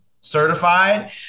certified